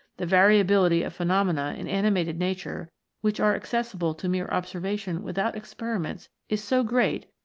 the variability of phenomena in animated nature which are acces sible to mere observation without experiments is so great,